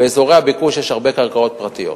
באזורי הביקוש יש הרבה קרקעות פרטיות.